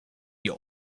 your